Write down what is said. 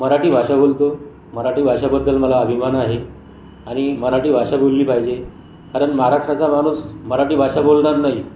मराठी भाषा बोलतो मराठी भाषेबद्दल मला अभिमान आहे आणि मराठी भाषा बोलली पाहिजे कारण महाराष्ट्राचा माणूस मराठी भाषा बोलणार नाही